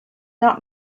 not